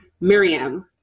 Miriam